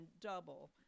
double